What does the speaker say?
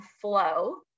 Flow